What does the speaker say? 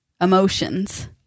emotions